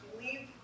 leave